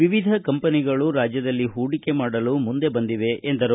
ವಿವಿಧ ಕಂಪನಿಗಳು ರಾಜ್ಯದಲ್ಲಿ ಹೂಡಿಕೆ ಮಾಡಲು ಮುಂದೆ ಬಂದಿವೆ ಎಂದರು